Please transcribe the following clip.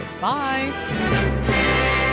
Bye